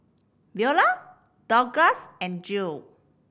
Veola Douglass and Jill